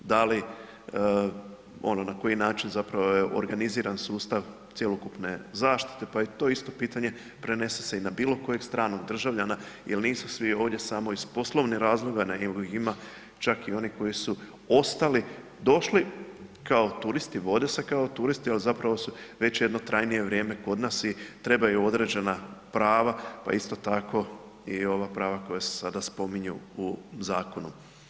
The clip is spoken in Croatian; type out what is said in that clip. Da li, na koji način zapravo je organiziran sustav cjelokupne zaštite pa i to isto pitanje prenese i na bilokojeg stranog državljana jer nisu svi ovdje samo iz poslovnih razloga nego ih ima čak i onih koji su ostali, došli kao turisti, vode se kao turisti ali zapravo su već jedno trajnije vrijeme kod nas i trebaju određena prava pa isto tako i ova prava koja se sada spominju u zakonu.